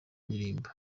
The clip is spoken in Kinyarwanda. ndirimbo